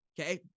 Okay